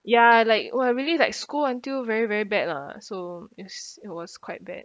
ya like !wah! really like scold until very very bad lah so yes it was quite bad